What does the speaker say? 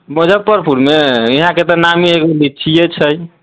मुजफ्फरपुरमे यहाँके तऽ नामी एगो लिचिये छै